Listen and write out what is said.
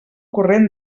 corrent